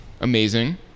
Amazing